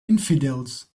infidels